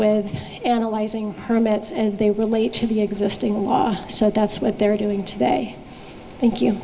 with analyzing permits as they relate to the existing law so that's what they're doing today thank you